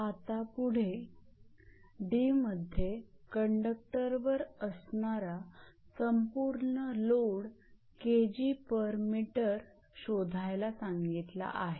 आता पुढे d मध्ये कंडक्टरवर असणारा संपूर्ण लोड 𝐾𝑔𝑚 शोधायला सांगितला आहे